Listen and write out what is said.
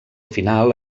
final